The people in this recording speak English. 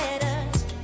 letters